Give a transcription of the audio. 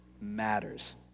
matters